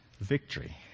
victory